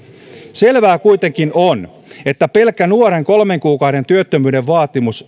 selvää kuitenkin on että pelkkä nuoren kolmen kuukauden työttömyyden vaatimus